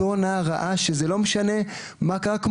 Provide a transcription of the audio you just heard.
אותו נער ראה שזה לא משנה מה קרה.